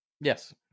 Yes